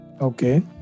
Okay